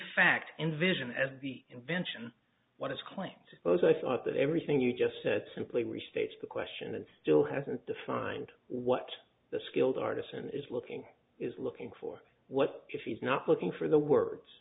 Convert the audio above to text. fact envision as the invention what is claimed to pose i thought that everything you just said simply restates the question and still hasn't defined what the skilled artisan is looking is looking for what if he's not looking for the words